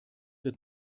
wird